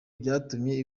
byatumye